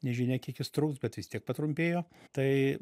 nežinia kiek jis truks bet vis tiek patrumpėjo tai